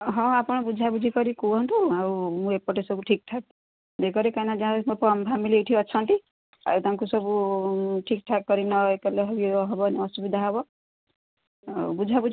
ହଁ ଆପଣ ବୁଝାବୁଝି କରି କୁହନ୍ତୁ ଆଉ ମୁଁ ଏପଟେ ସବୁ ଠିକ୍ଠାକ୍ ଦେଇକରି କାହିଁକିନା ଗାଁରେ ସବୁ ଆମ ଫାମିଲି ଏଇଠି ଅଛନ୍ତି ଆଉ ତାଙ୍କୁ ସବୁ ଠିକ୍ କରି ନ କଲେ ହବ ଅସୁବିଧା ହବ ଆଉ ବୁଝାବୁଝି